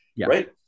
Right